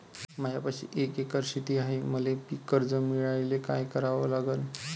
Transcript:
मायापाशी एक एकर शेत हाये, मले पीककर्ज मिळायले काय करावं लागन?